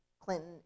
clinton